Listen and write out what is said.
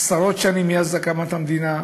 עשרות שנים מאז הקמת המדינה,